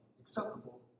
acceptable